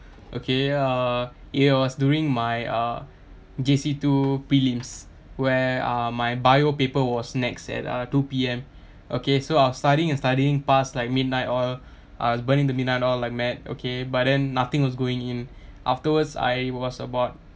okay uh it was during my uh J_C two prelims where uh my bio paper was next at uh two P_M okay so I was studying and studying past like midnight oil I was burning the midnight oil like mad okay but then nothing was going in afterwards I was about